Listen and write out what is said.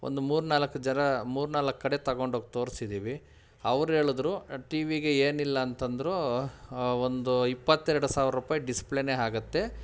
ಒಂದು ಮೂರು ನಾಲ್ಕು ಜನ ಮೂರು ನಾಲ್ಕು ಕಡೆ ತಗೊಂಡೋಗಿ ತೋರ್ಸಿದ್ದೀವಿ ಅವ್ರು ಹೇಳದ್ರು ಟಿ ವಿಗೆ ಏನಿಲ್ಲ ಅಂತಂದರೂ ಒಂದ್ ಇಪ್ಪತ್ತೆರಡು ಸಾವಿರ ರೂಪಾಯಿ ಡಿಸ್ಪ್ಲೇನೇ ಆಗತ್ತೆ